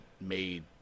made